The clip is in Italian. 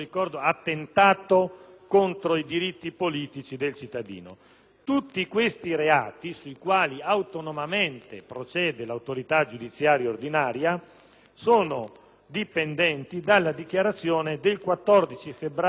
Tutti questi reati, sui quali autonomamente procede l'autorità giudiziaria ordinaria, sono dipendenti dalla dichiarazione del 14 febbraio 2008 resa dal senatore Di Girolamo al consolato di Bruxelles.